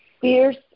fierce